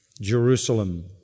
Jerusalem